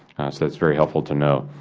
so that is very helpful to know.